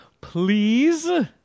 please